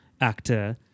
actor